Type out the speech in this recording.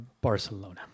Barcelona